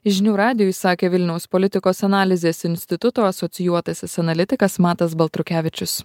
žinių radijui sakė vilniaus politikos analizės instituto asocijuotasis analitikas matas baltrukevičius